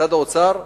משרד האוצר,